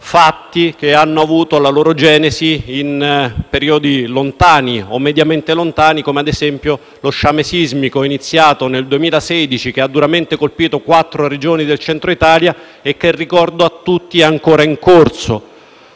fatti che hanno avuto la loro genesi in periodi lontani o mediamente lontani, come ad esempio lo sciame sismico, iniziato nel 2016, che ha duramente colpito quattro Regioni del Centro Italia e che - ricordo a tutti - è ancora in corso.